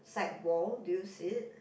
side wall do you see it